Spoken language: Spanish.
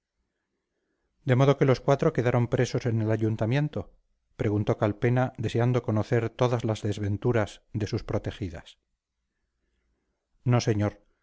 de modo que los cuatro quedaron presos en el ayuntamiento preguntó calpena deseando conocer todas las desventuras de sus protegidas no señor